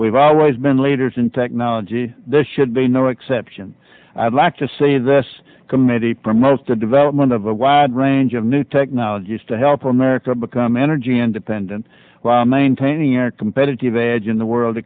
we've always been leaders in technology there should be no exception i'd like to say this committee promotes the development of a wide range of new technologies to help america become energy independent while maintaining a competitive edge in the world